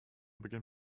beginnt